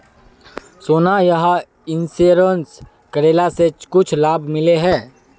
सोना यह इंश्योरेंस करेला से कुछ लाभ मिले है?